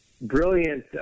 brilliant